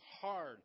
hard